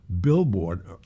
billboard